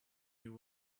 you